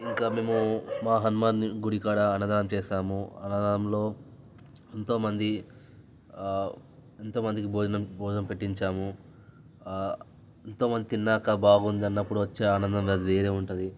ఇంకా మేము మా హనుమాన్ గుడికాడ అన్నదానం చేసాము ఆ అన్నదానంలో ఎంతోమంది ఎంతోమందికి భోజనం భోజనం పెట్టించాము ఇంతమంది తిన్నాకా బాగుంది అన్నప్పుడు వచ్చే ఆనందం అది వేరే ఉంటుంది